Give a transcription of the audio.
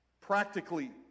Practically